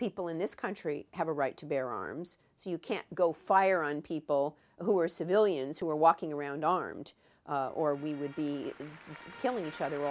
people in this country have a right to bear arms so you can't go fire on people who are civilians who are walking around armed or we would be killing each other